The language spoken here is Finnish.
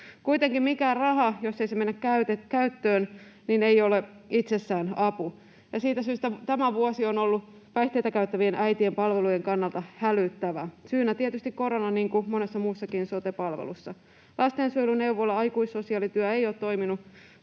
Kuitenkaan mikään raha, jos ei se mene käyttöön, ei ole itsessään apu, ja siitä syystä tämä vuosi on ollut päihteitä käyttävien äitien palvelujen kannalta hälyttävä, syynä tietysti korona, niin kuin monessa muussakin sote-palvelussa. Lastensuojelu, neuvola, aikuissosiaalityö eivät ole toimineet